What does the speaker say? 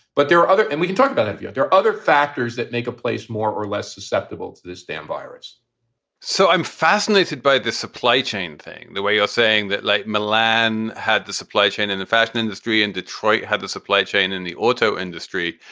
but there are other and we can talk about it. there are other factors that make a place more or less susceptible to this damn virus so i'm fascinated by the supply chain thing, the way you're saying that, like milan had the supply chain and the fashion industry in detroit had the supply chain and the auto industry.